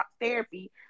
therapy